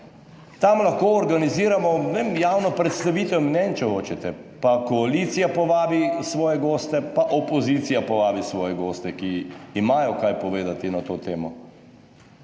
Tam lahko organiziramo javno predstavitev mnenj, če hočete, pa koalicija povabi svoje goste, pa opozicija povabi svoje goste, ki imajo kaj povedati na to temo.